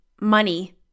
money